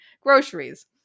groceries